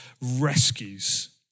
rescues